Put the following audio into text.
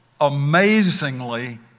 amazingly